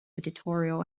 editorial